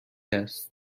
است